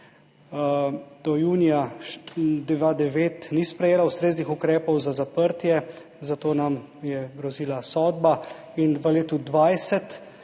do junija 2009ni sprejela ustreznih ukrepov za zaprtje, zato nam je grozila sodba. V letu 2020